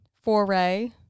foray